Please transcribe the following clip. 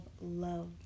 love